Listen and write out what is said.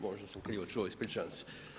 Možda sam krivo čuo, ispričavam se.